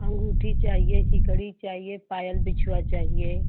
अँगूठी चाहिए सिकड़ी चाहिए पायल बिछुवा चाहिए